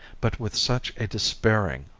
but with such a despairing,